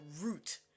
root